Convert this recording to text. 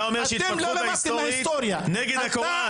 אתה אומר שההתפתחות ההיסטורית היא נגד הקוראן.